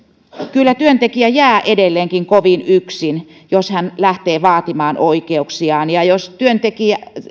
kyllä työntekijä jää edelleenkin kovin yksin jos hän lähtee vaatimaan oikeuksiaan ja jos työntekijä